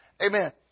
Amen